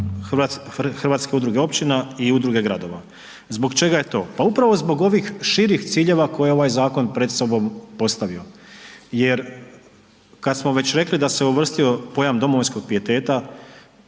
Hrvatske udruge općina i Udruge gradova. Zbog čega je to? Pa upravo zbog ovih širih ciljeva koje ovaj zakon pred sobom postavio jer kada smo već rekli da se uvrstio pojam domovinskog pijeteta